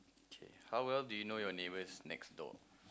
kay how well do you know your neighbor next door